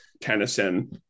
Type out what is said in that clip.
Tennyson